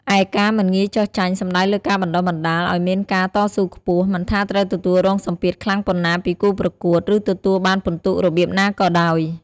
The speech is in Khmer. ឯការមិនងាយចុះចាញ់សំដៅលើការបណ្ដុះបណ្ដាលឲ្យមានការតស៊ូខ្ពស់ មិនថាត្រូវទទួលរងសម្ពាធខ្លាំងប៉ុណ្ណាពីគូប្រកួត ឬទទួលបានពិន្ទុរបៀបណាក៏ដោយ។